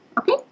okay